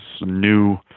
new